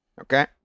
Okay